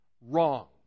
Wrong